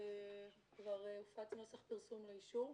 כבר הופץ נוסח פרסום ליישוב.